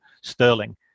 sterling